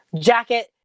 Jacket